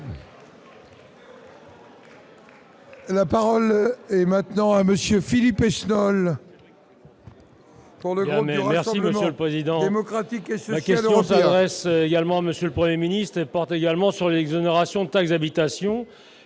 La parole est à M. Philippe Esnol, pour le groupe du Rassemblement démocratique et social européen.